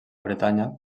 bretanya